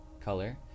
color